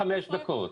פוליטית.